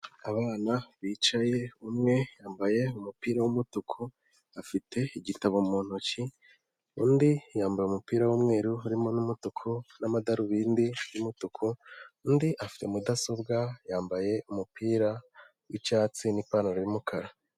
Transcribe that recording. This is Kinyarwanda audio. Abana bicaye umwe yambaye umupira w'umutuku afite igitabo mu ntoki, undi yambaye umupira w'umweru urimo n'umutuku n'amadarubindi y'umutuku, undi afite mudasobwa yambaye umupira w'icyatsi n'ipantaro y'umukara.